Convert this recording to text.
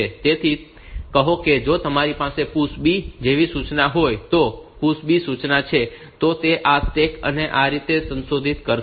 તેથી કહો કે જો તમારી પાસે PUSH B જેવી સૂચના હોય તો આ PUSH B સૂચના છે તો તે આ સ્ટેક ને આ રીતે સંશોધિત કરશે